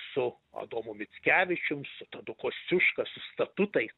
su adomu mickevičium su tadu kosciuška su statutais